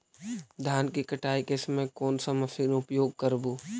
धान की कटाई के समय कोन सा मशीन उपयोग करबू?